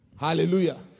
Hallelujah